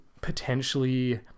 potentially